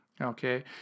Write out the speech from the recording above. okay